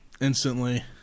instantly